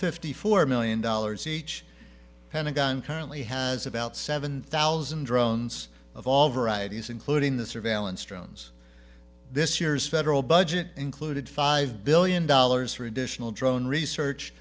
fifty four million dollars each pentagon currently has about seven thousand drones of all varieties including the surveillance drones this year's federal budget included five billion dollars for additional drone research